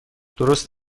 درست